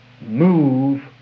move